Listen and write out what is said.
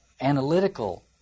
analytical